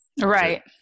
right